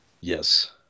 Yes